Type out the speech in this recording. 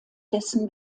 dessen